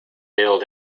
build